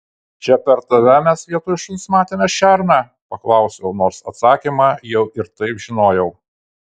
čia per tave mes vietoj šuns matėme šerną paklausiau nors atsakymą jau ir taip žinojau